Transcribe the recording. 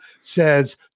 says